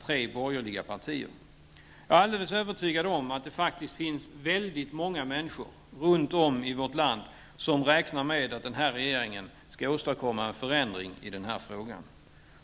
Jag är alldeles övertygad om att det faktiskt finns väldigt många människor runt om i vårt land som räknar med att den här regeringen skall åstadkomma en förändring i denna fråga.